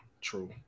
true